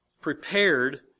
prepared